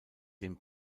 den